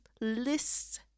lists